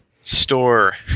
store